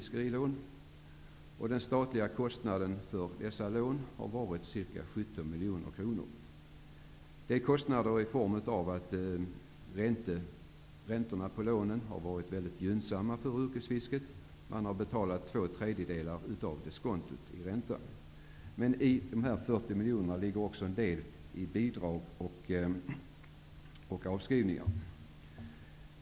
Den statliga kostnaden för dessa lån har varit ca 17 miljoner kronor. Räntorna på lånen har varit mycket gynnsamma för yrkesfisket. Man har betalat två tredjedelar av diskontot i ränta. Men i dessa 40 miljoner ligger en del i bidrag och avskrivningar.